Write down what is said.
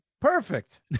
Perfect